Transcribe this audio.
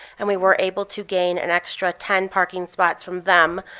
and we were able to gain an extra ten parking spots from them